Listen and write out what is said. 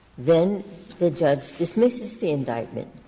then the judge dismisses the indictment.